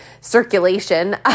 circulation